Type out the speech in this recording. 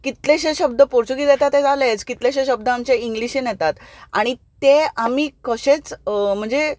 कितलेशे शब्द पोर्तुगीज येता ते जाले कितलेशे शब्द आमचे इंग्लिशीन येतात आनी ते आमी कशेंच म्हणजे